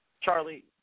Charlie